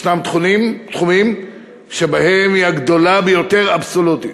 יש תחומים שבהם היא הגדולה ביותר אבסולוטית.